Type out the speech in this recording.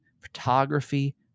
photography